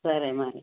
సరే మరి